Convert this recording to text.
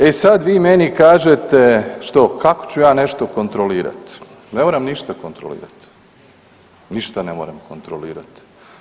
E sad vi meni kažete što kako ću ja nešto kontrolirat, ne moram ništa kontrolirat, ništa ne moram kontrolirat.